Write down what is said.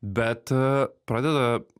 bet pradeda